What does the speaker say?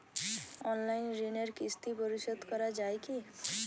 Online ঋণের কিস্তি পরিশোধ করা যায় কি?